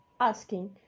Asking